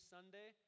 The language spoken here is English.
Sunday